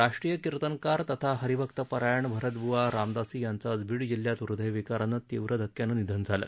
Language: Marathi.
राष्ट्रीय कीर्तनकार तथा हरी भक्त परायण भरतब्वा रामदासी यांचं आज बीड जिल्ह्यात हृदविकाराच्या तीव्र धक्क्यानं निधन झालं